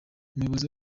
umuyobozi